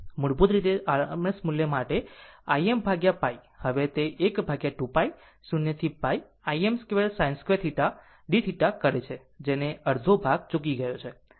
મૂળભૂત રીતે RMS મૂલ્ય માટે Im π હવે તે 1 ભાગ્યા 2π 0 to π Im2sin2dθ કરે છે જેનો અડધી ભાગ ચૂકી ગયો છે